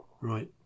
Right